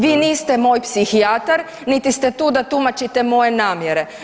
Vi niste moj psihijatar, niti ste tu da tumačite moje namjere.